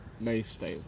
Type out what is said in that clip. lifestyle